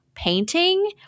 painting